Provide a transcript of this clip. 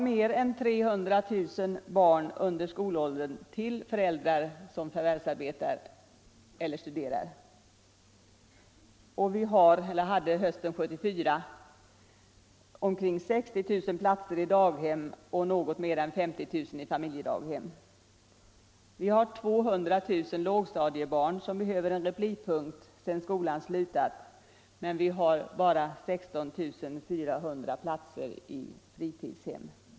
Mer än 300 000 barn under skolåldern har föräldrar som förvärvsarbetar eller studerar, och det finns — dessa siffror gäller hösten 1974 - omkring 60 000 platser i daghem och något mer än 50 000 i familjedaghem. Vi har 200 000 lågstadiebarn som behöver en replipunkt när skolan slutat, men vi har bara 16 400 platser i fritidshem.